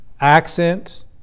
accent